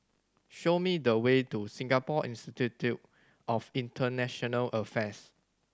show me the way to Singapore Institute of International Affairs